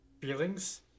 feelings